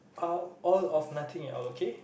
how all of nothing at all okay